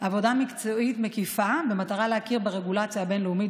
עבודה מקצועית מקיפה במטרה להכיר ברגולציה הבין-לאומית